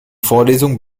vorlesungen